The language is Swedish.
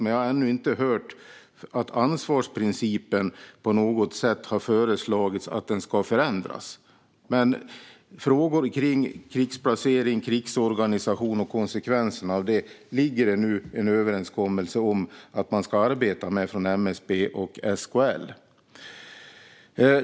Jag har dock ännu inte hört något förslag om att ansvarsprincipen på något sätt ska förändras. Det finns som sagt en överenskommelse om att MSB och SKL ska arbeta med frågor om krigsplacering och krigsorganisation och konsekvenserna av dem.